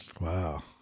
wow